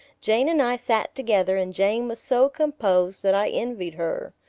jane and i sat together and jane was so composed that i envied her.